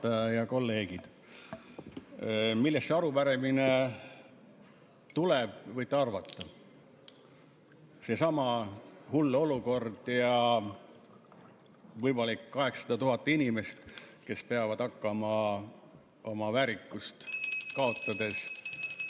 Kolleegid! Millest see arupärimine tuleb, võite arvata: seesama hull olukord ja võimalikud 800 000 inimest, kes peavad hakkama oma väärikust kaotades